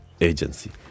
agency